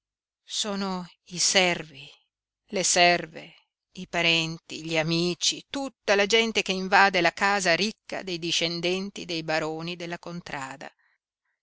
sono i servi le serve i parenti gli amici tutta la gente che invade la casa ricca dei discendenti dei baroni della contrada